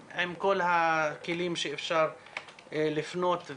התברר אחרי חצי שנה שהם אפילו לא פתחו את זה,